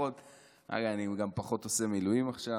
אני גם פחות עושה מילואים עכשיו,